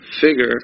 figure